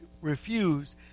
refused